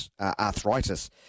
arthritis